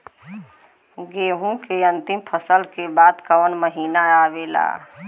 गेहूँ के अंतिम फसल के बाद कवन महीना आवेला?